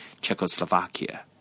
Czechoslovakia